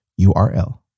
URL